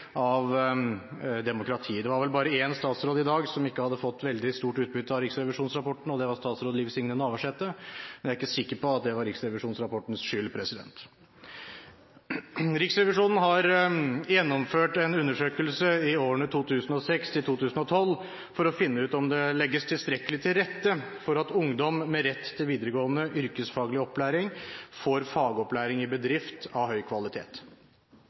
av demokratiet. Det var vel bare én statsråd i dag som ikke hadde fått veldig stort utbytte av riksrevisjonsrapporten, og det var statsråd Liv Signe Navarsete, men jeg er ikke sikker på at det var riksrevisjonsrapportens skyld. Riksrevisjonen gjennomførte en undersøkelse i årene 2006–2012 for å finne ut om det legges tilstrekkelig til rette for at ungdom med rett til videregående yrkesfaglig opplæring får fagopplæring i bedrift av høy kvalitet.